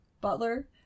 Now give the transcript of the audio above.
Butler